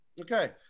Okay